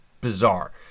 bizarre